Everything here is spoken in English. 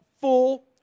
full